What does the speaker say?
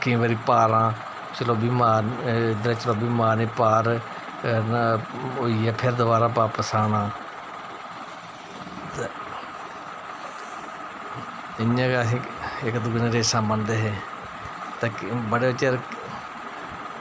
केईं बारी पारा चलोबी इद्धरा दा चलोबी मारनी पार होइयै फिर दबारा बापस आना ते इ'यां गै अस इक दूए न रेसां बनदे हे ते बड़े चिर